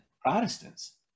protestants